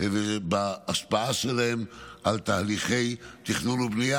ובהשפעה שלהן על תהליכי תכנון ובנייה,